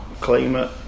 climate